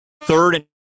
Third